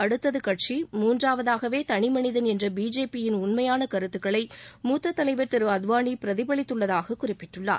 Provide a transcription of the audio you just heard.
அடுத்தது கட்சி மூன்றாவதாகவே தனிமனிதன் என்ற பிஜேபியின் உண்மையான கருத்துக்களை மூத்த தலைவர் அத்வானி பிரதிபலித்துள்ளதாக குறிப்பிட்டுள்ளார்